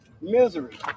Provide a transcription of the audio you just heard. misery